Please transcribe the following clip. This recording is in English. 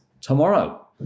tomorrow